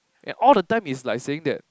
and all the time is like saying that